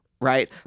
right